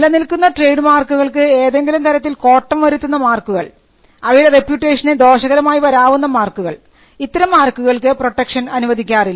നിലനിൽക്കുന്ന ട്രേഡ്മാർക്കുകൾക്ക് ഏതെങ്കിലും തരത്തിൽ കോട്ടം വരുത്തുന്ന മാർക്കുകൾ അവയുടെ റെപ്യൂട്ടേഷന് ദോഷകരമായി വരാവുന്ന മാർക്കുകൾ ഇത്തരം മാർക്കുകൾക്ക് പ്രൊട്ടക്ഷൻ അനുവദിക്കാറില്ല